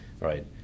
right